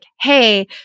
Hey